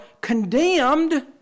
condemned